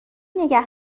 نگه